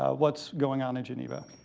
whats going on in geneva?